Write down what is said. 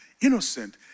innocent